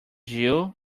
jew